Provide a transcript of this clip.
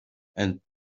and